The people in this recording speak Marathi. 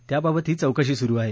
त्याबाबतही चौकशी सुरू आहे